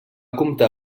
comptar